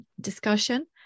discussion